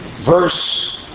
verse